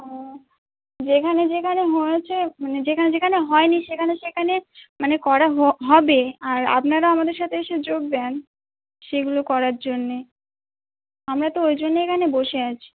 ও যেখানে যেখানে হয়েছে মানে যেখানে যেখানে হয়নি সেখানে সেখানে মানে করা হ হবে আর আপনারা আমাদের সাথে এসে যোগ দিন সেগুলো করার জন্যে আমরা তো ওই জন্যে এখানে বসে আছি